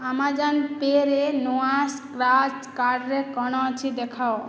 Amazon ପେ'ରେ ନୂଆ scratch କାର୍ଡ଼ରେ କ'ଣ ଅଛି ଦେଖାଅ